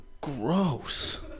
gross